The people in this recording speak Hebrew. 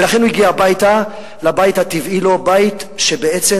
ולכן הוא הגיע הביתה, לבית הטבעי לו, בית שבעצם